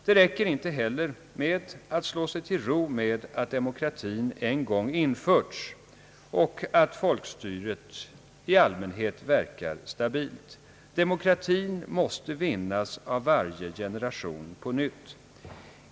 Det räcker inte med att slå sig till ro med att demokratin en gång införts och att folkstyret i allmänhet verkar stabilt. Demokratin måste vinnas av varje generation på nytt.